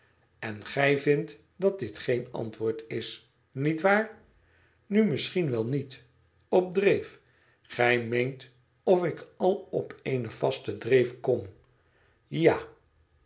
en gij vindt dat dit geen antwoord is niet waar nu misschien wel niet op dreef gij meent of ik al op eene vaste dreef kom ja